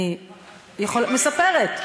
אני מספרת.